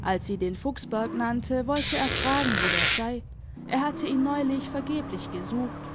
als sie den fuchsberg nannte wollte er fragen wo der sei er hatte ihn neulich vergeblich gesucht